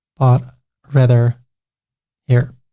but rather here.